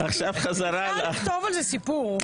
אפשר לכתוב על זה סיפור.